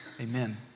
Amen